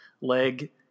leg